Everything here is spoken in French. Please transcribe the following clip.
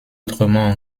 autrement